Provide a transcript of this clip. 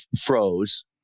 froze